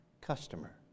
customer